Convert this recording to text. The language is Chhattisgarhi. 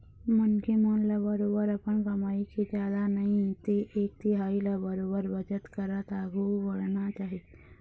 मनखे मन ल बरोबर अपन कमई के जादा नई ते एक तिहाई ल बरोबर बचत करत आघु बढ़ना चाही